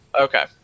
Okay